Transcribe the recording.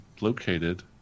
located